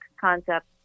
concept